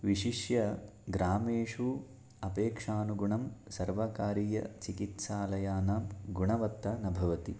विशिष्य ग्रामेषु अपेक्षानुगुणं सर्वकारीयचिकित्सालयानां गुणवत्ता न भवति